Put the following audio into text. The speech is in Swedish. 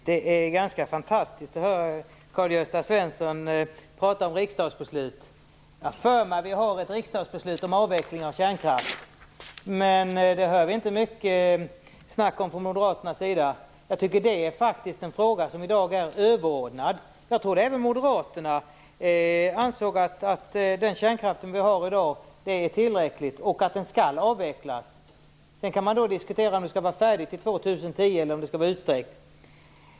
Herr talman! Det är ganska fantastiskt att höra Karl-Gösta Svenson prata om riksdagsbeslut. Jag har för mig att vi har ett riksdagsbeslut om avveckling av kärnkraft, men det hör vi inte mycket talas om från Moderaternas sida. Jag tycker att det är en fråga som i dag är överordnad. Jag trodde att även Moderaterna ansåg att den kärnkraft vi har i dag är tillräcklig och att den skall avvecklas. Sedan kan man diskutera om det skall vara färdigt till år 2010 eller utsträckt.